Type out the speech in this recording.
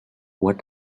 what